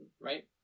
right